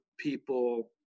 people